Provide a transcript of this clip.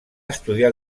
estudiar